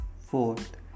Fourth